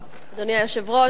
אדוני היושב-ראש,